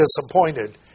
disappointed